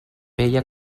veia